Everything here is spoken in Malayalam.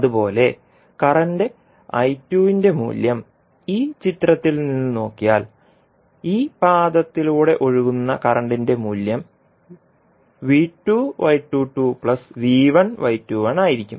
അതുപോലെ കറന്റ് ന്റെ മൂല്യം ഈ ചിത്രത്തിൽ നിന്ന് നോക്കിയാൽ ഈ പാദത്തിലൂടെ ഒഴുകുന്ന കറന്റിന്റെ മൂല്യം ആയിരിക്കും